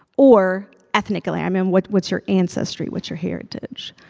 or ethnically, i mean, what's what's your ancestry, what's your heritage?